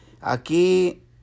Aquí